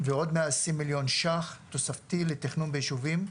ועוד מאה עשרים מיליון שקלים תוספתי לתכנון בישובים.